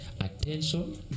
attention